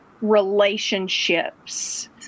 relationships